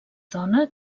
dona